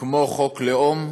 כמו חוק לאום,